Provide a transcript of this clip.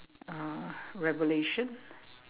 uh revelation